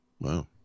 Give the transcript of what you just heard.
Wow